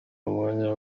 mwanya